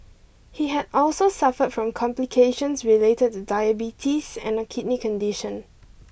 he had also suffered from complications related to diabetes and a kidney condition